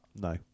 No